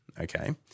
okay